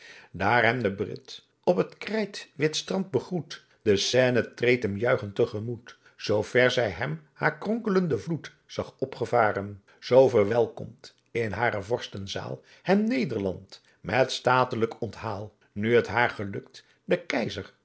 hem de brit op t krijtwistrand begroet de seine treed hem juichend te gemoet zoo ver zij hem haar kronkelenden vloed zag opgevaren zoo wellekomt in hare vorstenzaal hem nederland met statelijk onthaal nu t haar gelukt den